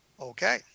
Okay